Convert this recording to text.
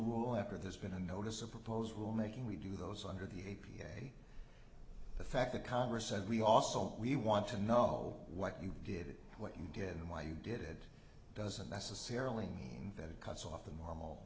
rule after there's been a notice a proposed rule making we do those under the a p a the fact the congress said we also we want to know what you did what you did and why you did doesn't necessarily mean that it cuts off the normal